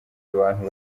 abantu